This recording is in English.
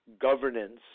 governance